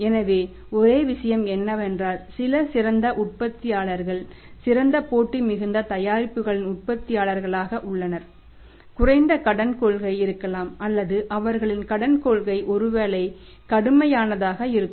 எனவே ஒரே விஷயம் என்னவென்றால் சில சிறந்த உற்பத்தியாளர்கள் சிறந்த போட்டி மிகுந்த தயாரிப்புகளின் உற்பத்தியாளர்களாக உள்ளனர் குறைந்த கடன் கொள்கை இருக்கலாம் அல்லது அவர்களின் கடன் கொள்கை ஒருவேளை கடுமையானதாக இருக்கும்